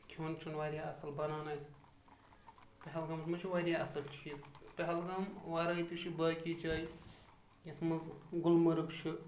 کھیٚون چیٚون واریاہ اَصٕل بَنان اَسہِ پہلگامَس منٛز چھِ واریاہ اَصٕل چیٖز پہلگام وَرٲے تہِ چھُ باقٕے جایہِ یَتھ منٛز گُلمرگ چھِ